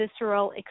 visceral